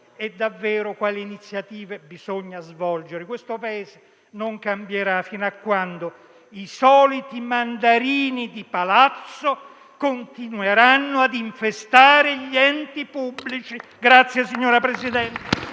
Quali iniziative bisogna svolgere? Questo Paese non cambierà fino a quando i soliti mandarini di Palazzo continueranno a infestare gli enti pubblici.